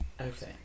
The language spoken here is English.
Okay